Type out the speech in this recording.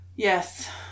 Yes